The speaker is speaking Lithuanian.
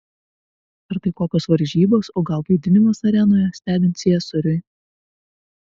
ar tai kokios varžybos o gal vaidinimas arenoje stebint ciesoriui